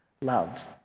love